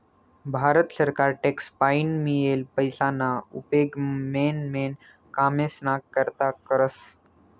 भारत सरकार टॅक्स पाईन मियेल पैसाना उपेग मेन मेन कामेस्ना करता करस